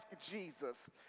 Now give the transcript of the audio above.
Jesus